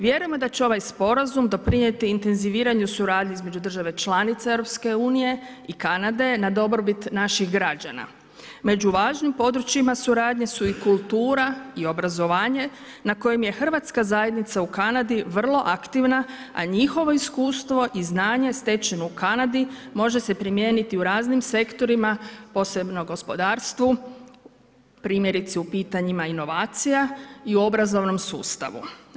Vjerujemo da će ovaj sporazum doprinijeti intenziviranju suradnje između države članice EU i Kanade na dobrobit naših građana. među važnim područjima suradnje su i kultura i obrazovanje na kojem je Hrvatska zajednica u Kanadi vrlo aktivna, a njihovo iskustvo i znanje stečeno u Kanadi može se primijeniti u raznim sektorima, posebno gospodarstvu, primjerice u pitanjima inovacija i u obrazovnom sustavu.